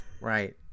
right